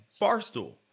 Barstool